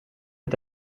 est